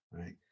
Right